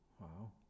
wow